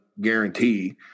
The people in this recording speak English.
guarantee